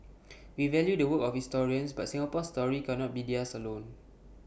we value the work of historians but Singapore's story cannot be theirs alone